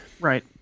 Right